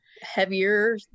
heavier